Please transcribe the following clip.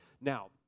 Now